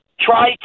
try